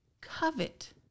covet